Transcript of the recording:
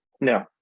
No